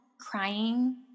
crying